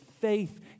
faith